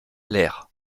lair